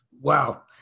Wow